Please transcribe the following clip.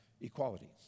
Equality